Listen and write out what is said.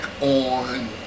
on